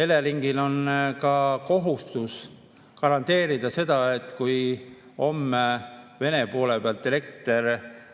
Eleringil on ka kohustus garanteerida seda, et kui homme Vene poole pealt elekter välja lülitatakse,